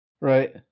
Right